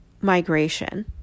migration